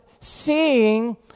seeing